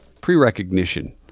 Pre-recognition